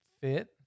fit